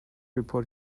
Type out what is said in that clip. report